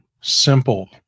simple